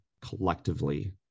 collectively